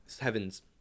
heavens